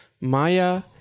Maya